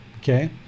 okay